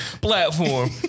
platform